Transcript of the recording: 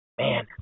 Man